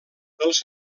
els